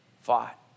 fought